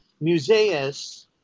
Musaeus